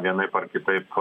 vienaip ar kitaip